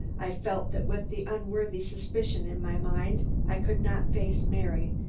i felt that with the unworthy suspicion in my mind, i could not face mary,